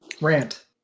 Rant